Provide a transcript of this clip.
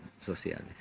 sociales